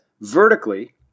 vertically